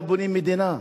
לא בונים מדינה,